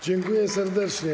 Dziękuję serdecznie.